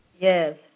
Yes